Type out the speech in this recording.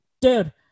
dude